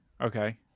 Okay